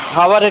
হ'ব দে